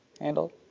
Handle